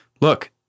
look